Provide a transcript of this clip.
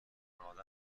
خانواده